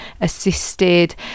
assisted